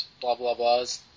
blah-blah-blahs